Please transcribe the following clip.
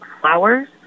flowers